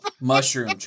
Mushroom